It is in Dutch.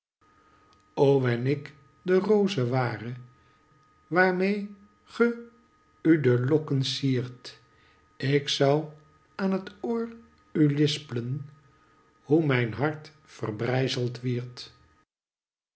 wen ik de roze ware waarmee ge u de lokken ciert ik zou aan het oor u lisplen hoe mijn hart verbrijzeld wierd